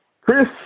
Chris